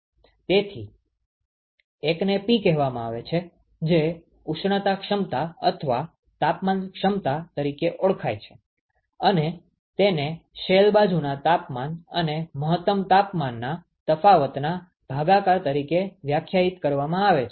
તેથી એકને P કહેવામાં આવે છે જે ઉષ્ણતા ક્ષમતા અથવા તાપમાન ક્ષમતા તરીકે ઓળખાય છે અને તેને શેલ બાજુના તાપમાન અને મહત્તમ તાપમાનના તફાવતના ભાગાકાર તરીકે વ્યાખ્યાયિત કરવામાં આવે છે